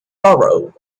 morrow